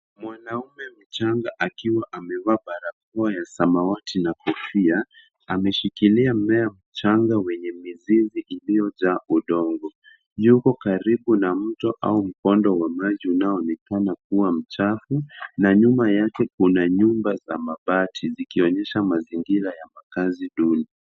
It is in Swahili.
Mwanaume mchanga akiwa amevaa barakoa ya samawati na kofia, ameshikilia mimea mchanga wenye mizizi iliyojaa udongo. Yuko karibu na mto au mkondo wa maji unaoonekana kuwa mchafu na nyuma yake kuna nyumba za mabati zikionyesha mazingira ya makaazi duni.